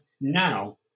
now